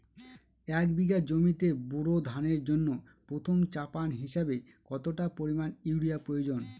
এক বিঘা জমিতে বোরো ধানের জন্য প্রথম চাপান হিসাবে কতটা পরিমাণ ইউরিয়া প্রয়োজন?